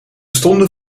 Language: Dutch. stonden